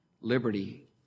liberty